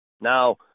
Now